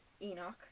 Enoch